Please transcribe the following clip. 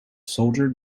soldier